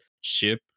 ship